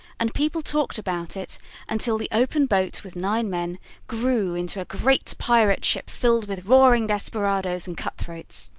and people talked about it until the open boat with nine men grew into a great pirate ship filled with roaring desperadoes and cutthroats.